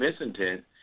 misintent